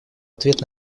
ответ